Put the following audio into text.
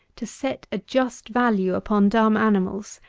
to set a just value upon dumb animals,